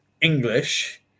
English